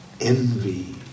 envy